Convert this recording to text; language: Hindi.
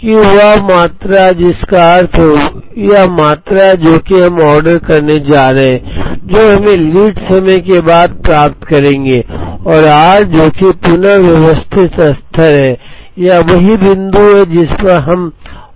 Q वह मात्रा है जिसका अर्थ यह मात्रा है जो कि हम ऑर्डर करने जा रहे हैं जो हम लीड समय के बाद प्राप्त करेंगे और r जो कि पुन व्यवस्थित स्तर है यह वही बिंदु है जिस पर हम ऑर्डर देते हैं